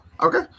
Okay